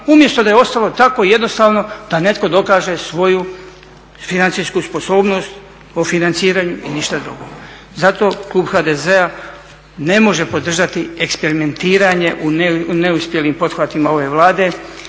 umjesto da je ostalo tako jednostavno da netko dokaže svoju financijsku sposobnost o financiranju i ništa drugo. Zato klub HDZ-a ne može podržati eksperimentiranje u neuspjelim pothvatima ove Vlade